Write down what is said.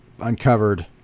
uncovered